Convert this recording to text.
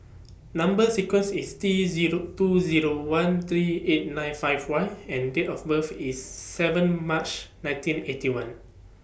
Number sequence IS T Zero two Zero one three eight nine five Y and Date of birth IS seven March nineteen Eighty One